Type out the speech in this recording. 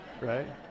right